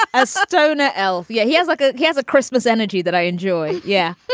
a ah so stoner elf yeah. he has like ah he has a christmas energy that i enjoy. yeah.